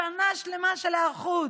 שנה שלמה של היערכות,